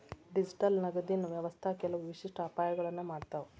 digital ನಗದಿನ್ ವ್ಯವಸ್ಥಾ ಕೆಲವು ವಿಶಿಷ್ಟ ಅಪಾಯಗಳನ್ನ ಮಾಡತಾವ